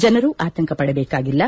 ಜನರು ಆತಂಕ ಪಡಬೇಕಾಗಿಲ್ಲ